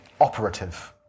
operative